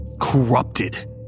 corrupted